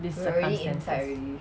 this circumstances